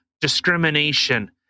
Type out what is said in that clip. discrimination